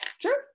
Sure